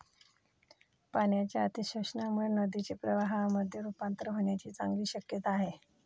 पाण्याच्या अतिशोषणामुळे नदीचे प्रवाहामध्ये रुपांतर होण्याची चांगली शक्यता आहे